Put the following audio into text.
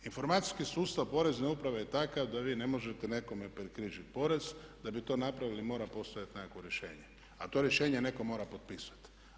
Informacijski sustav porezne uprave je takav da vi ne možete nekome prekrižiti porez, da bi to napravili mora postojati nekakvo rješenje, a to rješenje netko mora potpisati.